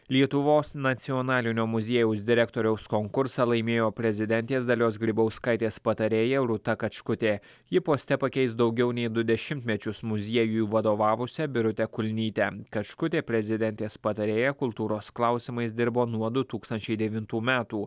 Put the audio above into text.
lietuvos nacionalinio muziejaus direktoriaus konkursą laimėjo prezidentės dalios grybauskaitės patarėja rūta kačkutė ji poste pakeis daugiau nei du dešimtmečius muziejui vadovavusią birutę kulnytę kačkutė prezidentės patarėja kultūros klausimais dirbo nuo du tūkstančiai devintų metų